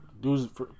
Dude's